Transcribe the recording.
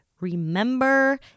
remember